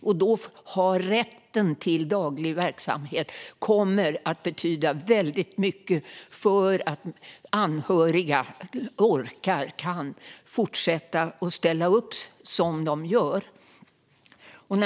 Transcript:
Då betyder rätt till dagverksamhet väldigt mycket för att anhöriga ska orka att fortsätta ställa upp som de gör.